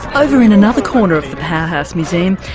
over in another corner of the powerhouse museum,